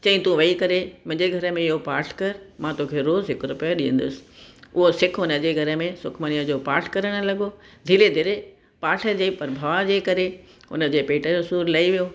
चयईं तूं वेही करे मुंहिंजे घर में इहो पाठ कर मां तोखे रोज़ हिकु रुपयो ॾींदुसि उहो सिख हुनजे घर में सुखमनीअ जो पाठ करणु लॻो धीरे धीरे पाठ जे प्रभाव जे करे हुनजे पेट जो सूरु लही वियो